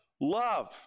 love